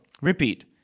Repeat